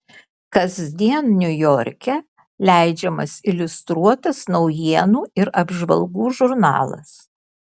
kasdien niujorke leidžiamas iliustruotas naujienų ir apžvalgų žurnalas